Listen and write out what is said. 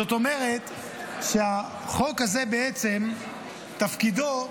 זאת אומרת שהחוק הזה בעצם תפקידו,